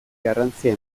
garrantzia